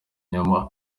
nyuma